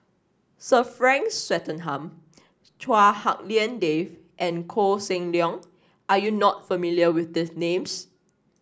Sir Frank Swettenham Chua Hak Lien Dave and Koh Seng Leong are you not familiar with these names